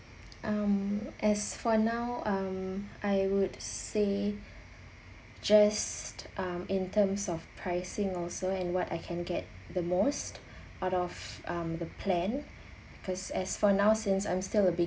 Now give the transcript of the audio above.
um as for now um I would say just um in terms of pricing also and what I can get the most out of um the plan cause as for now since I'm still a bit